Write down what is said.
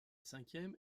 cinquième